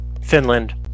Finland